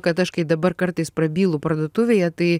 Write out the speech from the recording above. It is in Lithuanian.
kad aš kai dabar kartais prabylu parduotuvėje tai